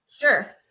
Sure